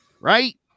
right